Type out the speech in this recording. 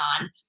on